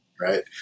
right